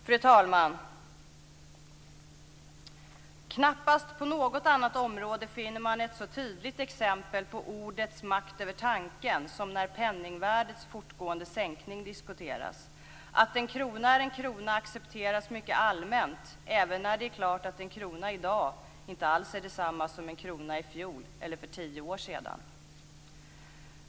Fru talman! "Knappast på något annat område finner man ett så tydligt exempel på ordet makt över tanken, som när penningvärdets fortgående sänkning diskuteras. Att en krona är en krona accepteras mycket allmänt även när det är klart att en krona i dag inte alls är detsamma som en krona i fjol eller för tio år sedan."